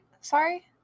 Sorry